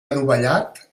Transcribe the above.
adovellat